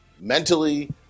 mentally